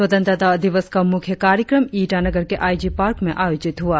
स्वतंत्रता दिवस का मुख्य कार्यक्रम ईटानगर के आई जी पार्क में आयोजित हुआ